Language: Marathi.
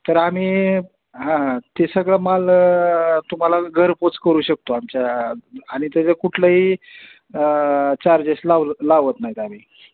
तर आम्ही हा ते सगळं माल तुम्हाला घरपोच करू शकतो आमच्या आणि त्याचं कुठलंही चार्जेस लाव लावत नाहीत आम्ही